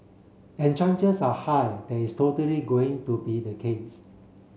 and chances are high that is totally going to be the case